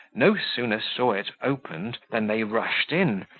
no sooner saw it opened, than they rushed in,